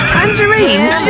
Tangerines